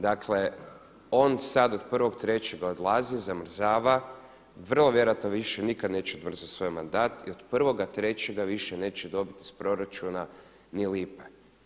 Dakle, on sad od 1.3. odlazi, zamrzava, vrlo vjerojatno više nikad neće odmrznuti svoj mandat i od 1.3. više neće dobiti iz proračuna ni lipe.